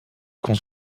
kon